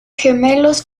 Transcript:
gemelos